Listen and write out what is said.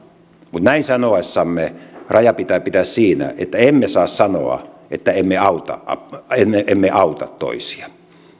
mutta näin sanoessamme raja pitää pitää siinä että emme saa sanoa että emme auta toisia